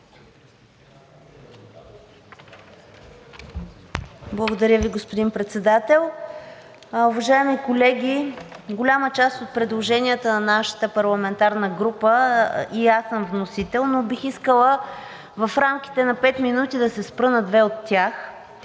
Благодаря Ви, господин Председател. Уважаеми колеги, в голяма част от предложенията на нашата парламентарна група и аз съм вносител, но бих искала в рамките на пет минути да се спра на две от тях,